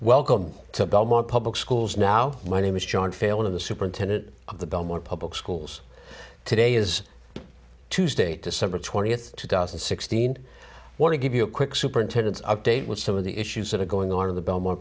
welcome to belmont public schools now my name is john failon of the superintendent of the belmont public schools today is tuesday december twentieth two thousand and sixteen want to give you a quick superintendence update with some of the issues that are going on in the belmo